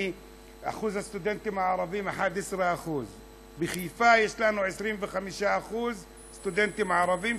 ואחוז הסטודנטים הערבים הוא 11%. בחיפה יש לנו 25% סטודנטים ערבים,